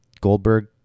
Goldberg